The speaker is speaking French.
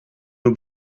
nos